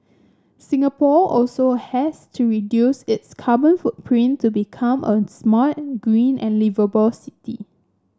Singapore also has to reduce its carbon footprint to become a smart green and liveable city